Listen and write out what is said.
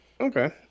Okay